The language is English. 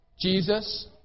Jesus